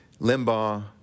Limbaugh